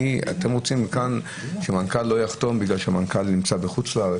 אתם רוצים שמנכ"ל לא יחתום בגלל שמנכ"ל נמצא בחוץ לארץ,